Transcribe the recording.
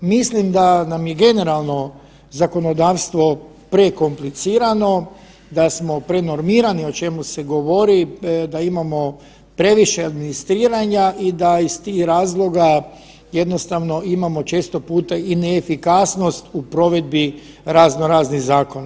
Mislim da nam je generalno zakonodavstvo prekomplicirano, da smo prenormirani, o čemu se govori da imamo previše administriranja i da iz tih razloga jednostavno imamo često puta i neefikasnost u provedbi razno raznih zakona.